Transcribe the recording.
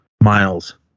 miles